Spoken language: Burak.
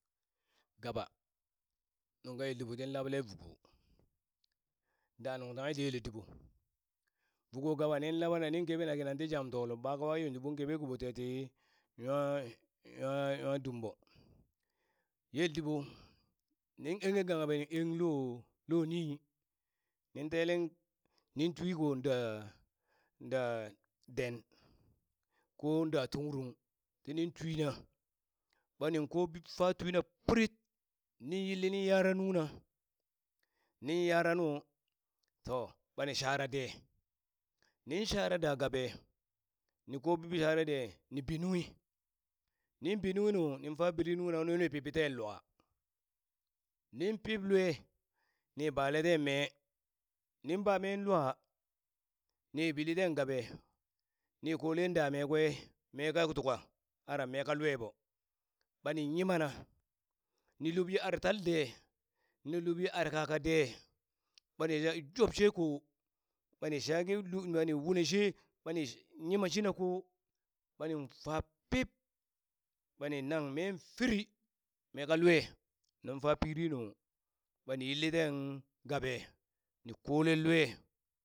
Gaɓa nungka yel diɓo ning labele vuko, da nuŋ tanghe ti yel diɓo vuko gaɓa nin labana nin keɓenan kini ti jam tolo ɓakawa yunzu ɓon keɓe kiɓo teti nwa nwa nwa dumɓo, yel diɓo nin enghe gaban eng lo lo nii nin tele ni twi ko da da den kon da tuŋrung tinin twina ɓani ko bi fa twina pirit nin yilli nin yara nungna nin yara nu to ɓani shara de nin shara da gaɓe ni kobi shara de nin bi nunghi nin bi nunghi nu ni piɓi ten lua nin pib lue ni bale ten me nin bamen lua, ni pili ten gaɓe, ni kolen da mee kwe mee ka tuka ara mee ka lueɓo ɓanin nyima na, ni lubye ar tal de ni lub ye ar kaa ka de, ɓani ys jobshe ko ɓani shake ni ɓani wune she ɓani yima shina ko ɓanin fa pip ɓani nang meen furi mee ka lue nanfa furi nu ɓani yilli ten gaɓe, ni kolen lue